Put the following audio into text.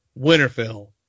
Winterfell